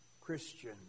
Christian